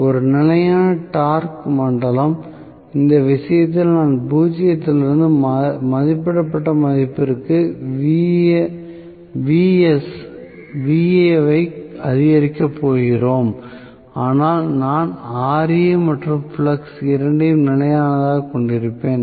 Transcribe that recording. ஒன்று நிலையான டார்க் மண்டலம் இந்த விஷயத்தில் நாம் பூஜ்ஜியத்திலிருந்து மதிப்பிடப்பட்ட மதிப்பிற்கு Va ஐ அதிகரிக்கப் போகிறோம் ஆனால் நான் Ra மற்றும் ஃப்ளக்ஸ் இரண்டையும் நிலையானதாகக் கொண்டிருப்பேன்